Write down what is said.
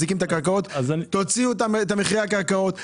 תוציאו את מחירי הקרקעות.